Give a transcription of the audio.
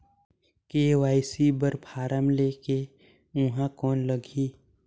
KYC बर फारम ले के ऊहां कौन लगही?